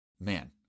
Man